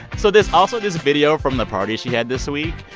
so there's also this video from the party she had this week.